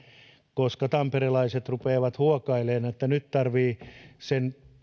koska tamperelaiset rupeavat huokailemaan että nyt tarvitsee sen